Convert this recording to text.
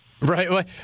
Right